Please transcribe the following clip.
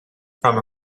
from